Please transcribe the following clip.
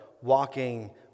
walking